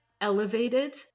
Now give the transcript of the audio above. elevated